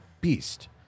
beast